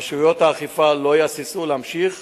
רשויות האכיפה לא יהססו להמשיך